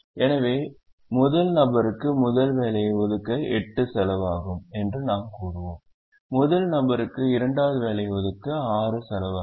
எனவே முதல் நபருக்கு முதல் வேலையை ஒதுக்க 8 செலவாகும் என்று நாம் கூறுவோம் முதல் நபருக்கு இரண்டாவது வேலையை ஒதுக்க 6 செலவாகும்